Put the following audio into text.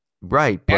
Right